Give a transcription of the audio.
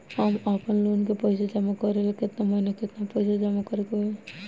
हम आपनलोन के पइसा जमा करेला केतना महीना केतना पइसा जमा करे के होई?